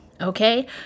Okay